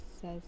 says